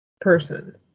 person